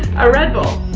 a red bull.